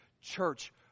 church